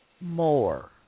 more